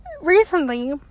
recently